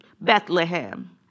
Bethlehem